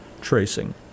tracing